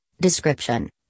description